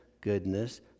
goodness